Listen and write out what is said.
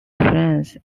friends